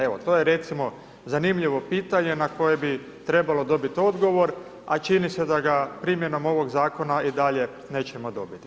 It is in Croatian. Evo to je recimo zanimljivo pitanje na koji bi trebalo dobiti odgovor a čini se da ga primjenom ovog zakona i dalje nećemo dobiti.